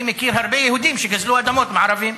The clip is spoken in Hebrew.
אני מכיר הרבה יהודים שגזלו אדמות מערבים,